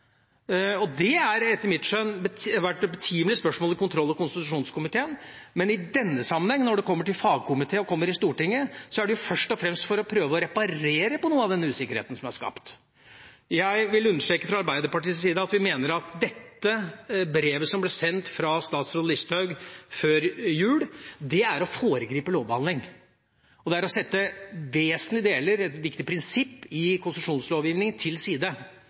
Det har etter min skjønn vært et betimelig spørsmål i kontroll- og konstitusjonskomiteen, men i denne sammenheng når det kommer til fagkomité og til behandling i Stortinget, er det først og fremst for å prøve å reparere på noe av den usikkerheten som er skapt. Jeg vil fra Arbeiderpartiets side understreke at vi mener at dette brevet som ble sendt fra statsråd Listhaug før jul, er å foregripe lovbehandlinga. Det er å sette en vesentlig del, et viktig prinsipp, av konsesjonslovgivninga til side